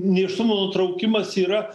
nėštumo nutraukimas yra